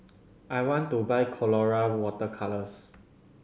I want to buy Colora Water Colours